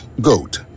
GOAT